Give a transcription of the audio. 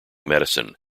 medicine